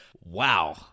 Wow